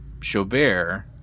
Chaubert